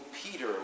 Peter